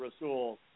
Rasul